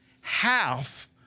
Half